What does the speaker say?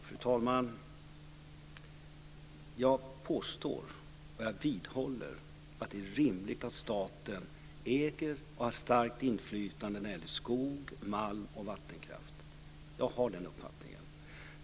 Fru talman! Jag påstår, och jag vidhåller, att det är rimligt att staten äger och har starkt inflytande när det gäller skog, malm och vattenkraft. Jag har den uppfattningen.